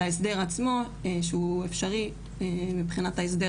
על ההסדר עצמו שהוא אפשרי מבחינת ההסדר